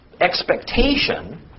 expectation